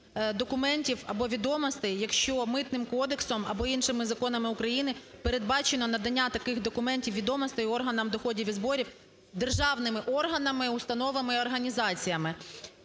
документів або відомостей, якщо Митним кодексом або іншими законами України передбачено надання таких документів, відомостей органам доходів і зборів, державними органами, установами і організаціями.